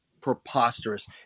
preposterous